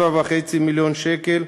7.5 מיליון שקל,